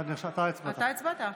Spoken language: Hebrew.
אתה הצבעת.